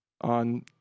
on